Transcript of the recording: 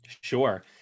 Sure